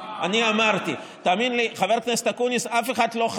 אבל עם החולה תמיד תהיו, תמיד תשמחו אותו.